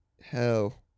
hell